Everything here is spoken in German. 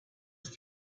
ist